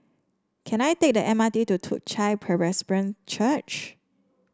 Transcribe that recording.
can I take the M R T to Toong Chai Presbyterian Church